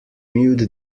mute